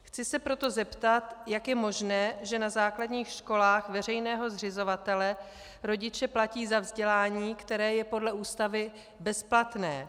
Chci se proto zeptat, jak je možné, že na základních školách veřejného zřizovatele rodiče platí za vzdělání, které je podle Ústavy bezplatné.